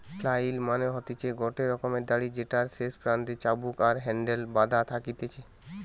flail মানে হতিছে গটে রকমের দড়ি যেটার শেষ প্রান্তে চাবুক আর হ্যান্ডেল বাধা থাকতিছে